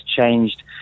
changed